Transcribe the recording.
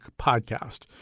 podcast